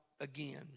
again